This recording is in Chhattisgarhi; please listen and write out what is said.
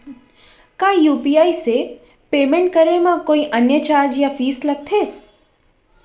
का यू.पी.आई से पेमेंट करे म कोई अन्य चार्ज या फीस लागथे?